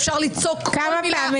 אפשר ליצוק כל מילה